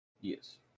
Yes